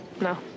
No